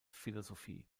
philosophie